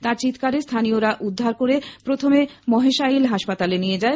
তার চিৎকারে স্হানীয়রা উদ্ধার করে প্রথমে মহেশাইল হাসপাতালে নিয়ে যায়